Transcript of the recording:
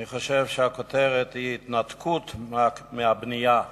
אני חושב שהכותרת היא התנתקות מהבנייה בהתנחלויות.